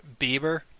Bieber